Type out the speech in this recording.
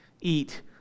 eat